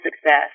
success